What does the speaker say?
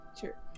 sure